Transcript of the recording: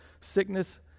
sickness